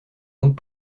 donc